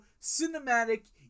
cinematic